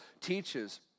teaches